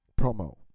Promo